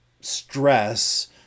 stress